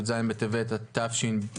י"ז בטבת התשפ"ב,